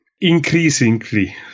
increasingly